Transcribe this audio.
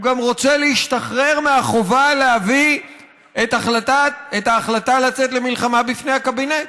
הוא גם רוצה להשתחרר מהחובה להביא את ההחלטה לצאת למלחמה לפני הקבינט.